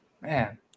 Man